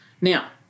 Now